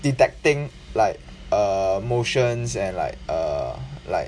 detecting like err motions and like err like